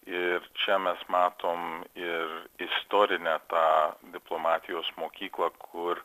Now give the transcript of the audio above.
ir čia mes matom ir istorinę tą diplomatijos mokyklą kur